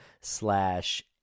slash